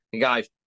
guys